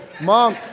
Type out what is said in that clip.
mom